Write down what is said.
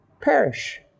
perish